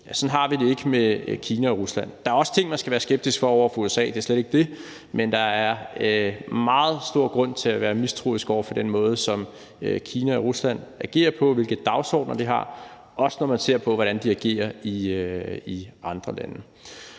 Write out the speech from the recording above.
Sådan har vi det ikke med Kina og Rusland. Der er også ting, man skal være skeptisk over for i forhold til USA; det er slet ikke det. Men der er meget stor grund til at være mistroisk over for den måde, Kina og Rusland agerer på, og hvilke dagsordener de har, også når man ser på, hvordan de agerer i andre lande.